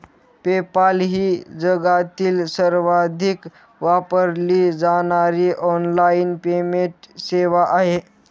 PayPal ही जगातील सर्वाधिक वापरली जाणारी ऑनलाइन पेमेंट सेवा आहे